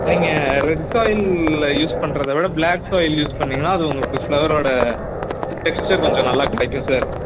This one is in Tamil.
நீங்கள் ரெட் சாயில் யூஸ் பண்ணுறத விட ப்ளாக் சாயில் யூஸ் பண்ணீங்கன்னா அது உங்களுக்கு ஃப்ளவரோடய டெக்ஸ்ச்சர் கொஞ்சம் நல்லா கிடைக்கும் சார்